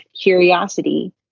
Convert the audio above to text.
curiosity